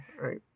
right